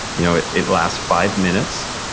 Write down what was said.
you know it it lasts five minutes.